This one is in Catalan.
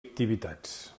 activitats